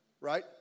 right